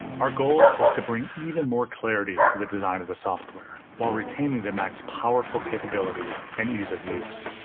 our goal was to bring even more clarity to the design of the software while retaining the mac's powerful capability and ease of use.